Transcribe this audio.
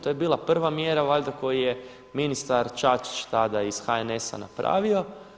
To je bila prva mjera valjda koju je ministar Čačić tada iz HNS-a napravio.